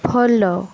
follow